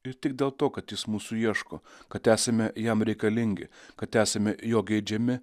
ir tik dėl to kad jis mūsų ieško kad esame jam reikalingi kad esame jo geidžiami